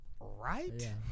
Right